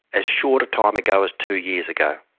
as short a time ago as two years ago.